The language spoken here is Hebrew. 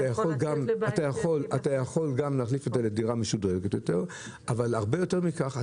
אתה יכול גם להחליף אותה לדירה משודרגת יותר אבל הרבה יותר מכך,